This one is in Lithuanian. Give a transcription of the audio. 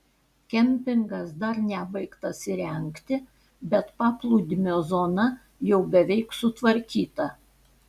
kempingas dar nebaigtas įrengti bet paplūdimio zona jau beveik sutvarkyta